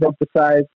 emphasize